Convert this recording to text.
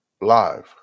live